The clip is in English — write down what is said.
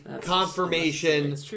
confirmation